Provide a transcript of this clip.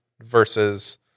versus